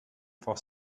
for